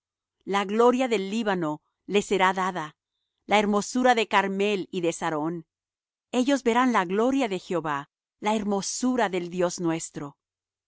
la gloria del líbano le será dada la hermosura de carmel y de sarón ellos verán la gloria de jehová la hermosura del dios nuestro